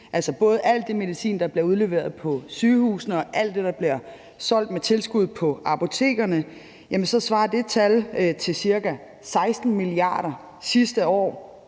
altså både al den medicin, der bliver udleveret på sygehusene, og alt det, der bliver solgt med tilskud på apotekerne, så svarer det tal til ca. 16 mia. kr. sidste år